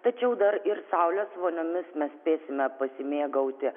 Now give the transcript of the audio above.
tačiau dar ir saulės voniomis mes spėsime pasimėgauti